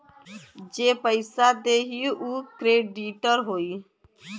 जे पइसा देई उ क्रेडिटर होई